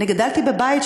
גדלתי בבית,